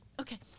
Okay